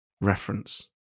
reference